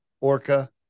Orca